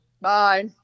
Bye